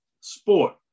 sport